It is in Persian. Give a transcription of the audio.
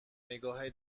نگاه